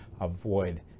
avoid